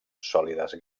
sòlides